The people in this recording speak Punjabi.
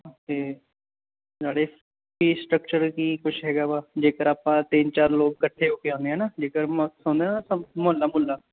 ਓਕੇ ਨਾਲੇ ਫੀਸ ਸਟਰਕਚਰ ਕੀ ਕੁਝ ਹੈਗਾ ਵਾ ਜੇਕਰ ਆਪਾਂ ਤਿੰਨ ਚਾਰ ਲੋਕ ਇਕੱਠੇ ਹੋ ਕੇ ਆਉਂਦੇ ਹਾਂ ਨਾ ਜੇਕਰ ਹੁਣ ਮਹੱਲਾ ਮੁਹੱਲਾ